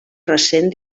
recent